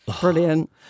Brilliant